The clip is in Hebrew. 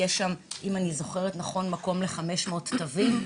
אם אני זוכרת נכון יש-500 תווים,